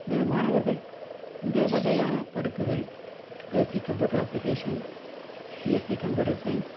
எனவே மாணவர்கள் இந்த வகையான படிப்புகள் BSc computer application BSc computer science